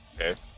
Okay